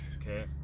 Okay